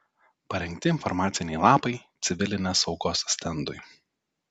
parengti informaciniai lapai civilinės saugos stendui